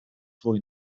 fwy